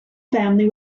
family